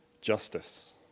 justice